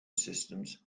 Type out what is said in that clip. systems